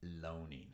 loaning